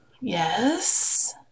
Yes